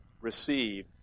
receive